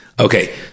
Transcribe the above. Okay